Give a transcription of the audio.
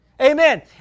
Amen